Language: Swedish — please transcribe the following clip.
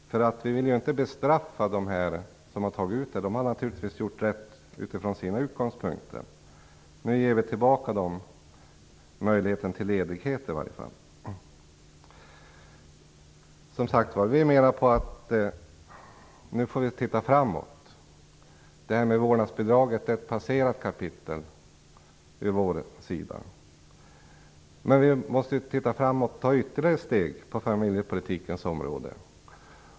Vi vill inte bestraffa dem som har tagit ut bidraget. De har naturligtvis gjort rätt utifrån sina utgångspunkter. Nu ger vi dem i varje fall tillbaks möjligheten till ledighet. Vi menar att man nu får titta framåt. Vårdnadsbidraget är ett passerat kapitel. Vi måste ta ytterligare steg på familjepolitikens område.